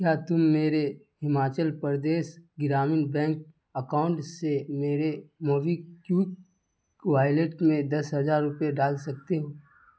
کیا تم میرے ہماچل پردیش گرامین بینک اکاؤنٹ سے میرے موبی کیوک وائلیٹ میں دس ہزار روپے ڈال سکتے ہو